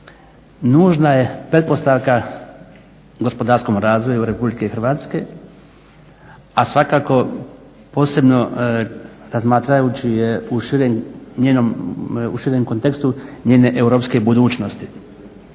nužna je pretpostavka gospodarskom razvoju RH, a svakako posebno razmatrajući je u širem kontekstu njene europske budućnosti.